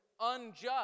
unjust